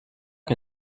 que